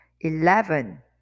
eleven